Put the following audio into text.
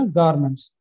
garments